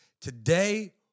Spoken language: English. today